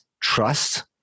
trust